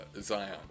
Zion